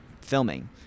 filming